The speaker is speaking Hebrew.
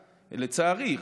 לצערי,